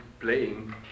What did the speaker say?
playing